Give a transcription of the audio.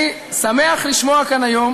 ברוך השם, אני שמח לשמוע כאן היום